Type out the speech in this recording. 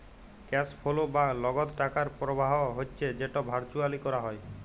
cash flow বা লগদ টাকার পরবাহ হচ্যে যেট ভারচুয়ালি ক্যরা হ্যয়